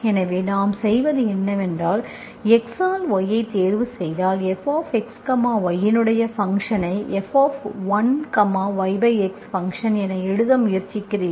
எனவே நாம் செய்வது என்னவென்றால் x ஆல் y ஐ தேர்வுசெய்தால் fxy இன் ஃபங்க்ஷன்ஐ f1yx ஃபங்க்ஷன் என எழுத முயற்சிக்கிறீர்கள்